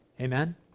amen